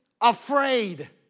afraid